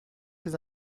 ces